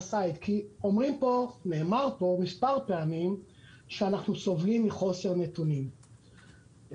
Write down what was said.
נאמר פה מספר פעמים שאנחנו סובלים מחוסר בנתונים,